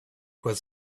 was